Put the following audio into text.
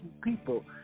people